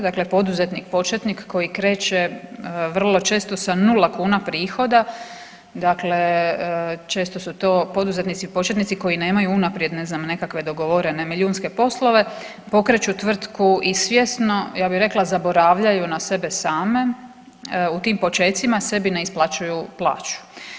Dakle, poduzetnik početnik koji kreće vrlo često sa nula kuna prihoda dakle često su to poduzetnici početnici koji nemaju unaprijed ne znam nekakve dogovorene milijunske poslove pokreću tvrtku i svjesno ja bih rekla zaboravljaju na sebe same u tim počecima sebi ne isplaćuju plaću.